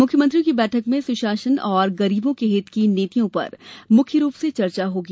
मुख्यमंत्रियों की बैठक में सुशासन और गरीबों के हित की नीतियों पर मुख्य रूप से चर्चा होगी